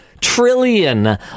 Trillion